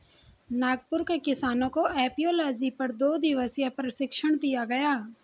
नागपुर के किसानों को एपियोलॉजी पर दो दिवसीय प्रशिक्षण दिया गया